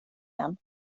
den